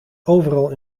overal